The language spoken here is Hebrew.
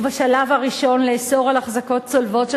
ובשלב הראשון לאסור על אחזקות צולבות של